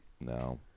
No